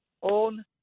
on